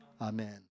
Amen